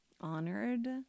honored